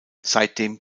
seitdem